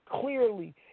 clearly